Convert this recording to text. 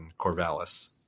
Corvallis